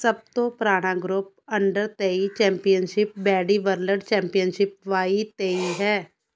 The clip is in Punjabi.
ਸਭ ਤੋਂ ਪੁਰਾਣਾ ਗਰੁੱਪ ਅੰਡਰ ਤੇਈ ਚੈਂਪੀਅਨਸ਼ਿਪ ਬੈਡੀ ਵਰਲਡ ਚੈਂਪੀਅਨਸ਼ਿਪ ਵਾਈ ਤੇਈ ਹੈ